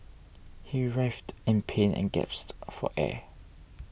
he writhed in pain and gasped for air